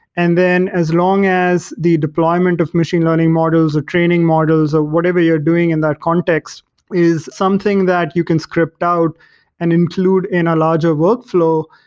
and then as long as the deployment of machine learning models, or training models of whatever you're doing in that context is something that you can script out and include in a larger workflow,